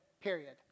period